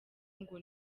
ngo